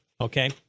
Okay